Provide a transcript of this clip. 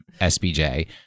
SBJ